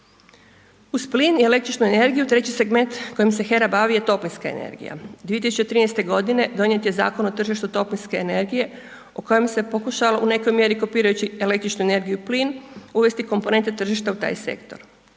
Uz plin i električnu energiju, treći segment kojim se HERA bavi je toplinska energija. 2013.g. donijet je Zakon o tržištu toplinske energije o kojem se pokušalo u nekoj mjeri kopirajući električnu energiju i plin, uvesti komponenta tržišta u taj sektor.